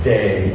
Day